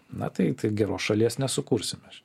na tai tai geros šalies nesukursime